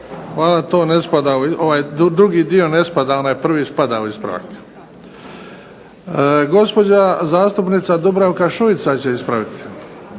Hvala. Drugi dio ne spada, prvi dio spada u ispravak. Gospođa zastupnica Dubravka Šuica će ispraviti.